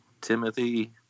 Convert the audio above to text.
Timothy